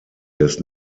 des